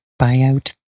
buyout